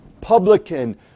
publican